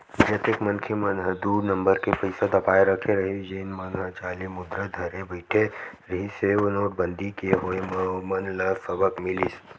जतेक मनखे मन ह दू नंबर के पइसा दबाए रखे रहिस जेन मन ह जाली मुद्रा धरे बइठे रिहिस हे नोटबंदी के होय म ओमन ल सबक मिलिस